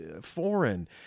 foreign